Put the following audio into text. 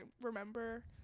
remember